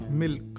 milk